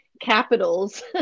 capitals